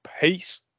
Peace